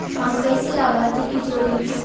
हम कइसे लाभार्थी के जोड़ी?